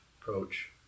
approach